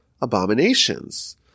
abominations